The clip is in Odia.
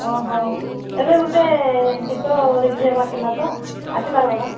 ଓହୋ ଏବେ ଗୋଟେ ଗୀତ ରିଲିଜ୍ ହେବାର ଥିଲା ତ ଆସିପାରିବ କି